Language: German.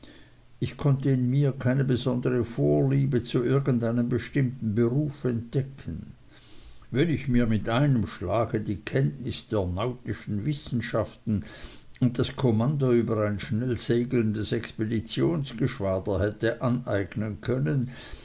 ich konnte in mir keine besondere vorliebe zu irgend einem bestimmten beruf entdecken wenn ich mir mit einem schlage die kenntnis der nautischen wissenschaften und das kommando über ein schnell segelndes expeditionsgeschwader hätte aneignen können